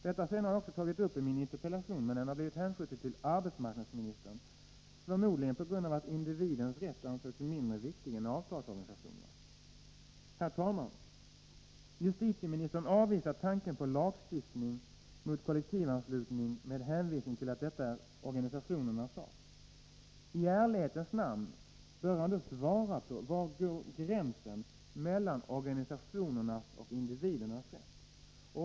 Detta senare har jag också tagit upp i min interpellation, men den frågan har blivit hänskjuten till arbetsmarknadsministern, förmodligen på grund av att individens rätt ansågs mindre viktig än avtalsorganisationernas. Herr talman! Justitieministern avvisar tanken på lagstiftning mot kollektivanslutning med hänvisning till att detta är organisationernas sak. I ärlighetens namn bör han då svara på frågan: Var går gränsen mellan organisationernas rätt och individernas rätt?